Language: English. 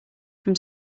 from